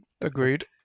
agreed